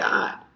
God